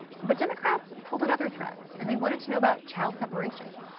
but democrats probed at other threats. and they wanted to know about child preparations,